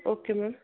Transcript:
okay ma'am